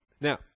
now